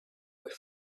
with